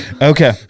Okay